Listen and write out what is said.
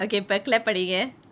okay இப்போ:ippo clap பண்ணுங்க:pannunge